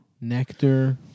Nectar